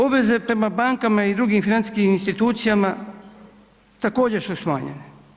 Obveze prema bankama i drugim financijskim institucijama također su smanjene.